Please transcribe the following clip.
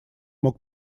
мог